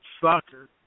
soccer